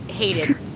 Hated